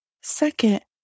Second